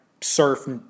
surf